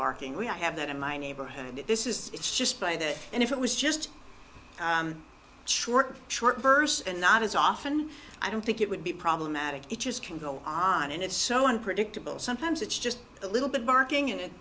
barking we have that in my neighborhood and this is it's just by that and if it was just short bursts and not as often i don't think it would be problematic it just can go on and it's so unpredictable sometimes it's just a little bit barking and it